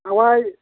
ꯍꯋꯥꯏ